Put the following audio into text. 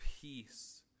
peace